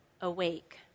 awake